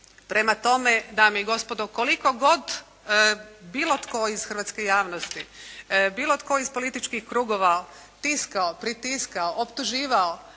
Prema tome, dame i gospodo koliko god bilo tko iz hrvatske javnosti, bilo tko iz političkih krugova tiskao, pritiskao, optuživao